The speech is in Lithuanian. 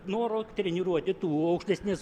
noro treniruoti tų aukštesnes